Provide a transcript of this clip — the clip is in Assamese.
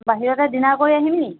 বাহিৰতে দিনাৰ কৰি আহিম নি